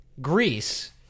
greece